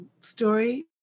story